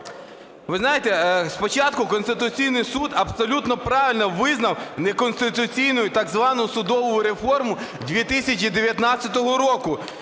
Ви знаєте, спочатку Конституційний Суд абсолютно правильно визнав неконституційною так звану судову реформу 2019 року,